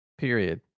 period